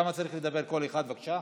כמה צריך לדבר כל אחד, בבקשה?